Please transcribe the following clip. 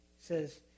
says